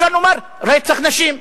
אפשר לומר: רצח נשים.